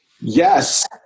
yes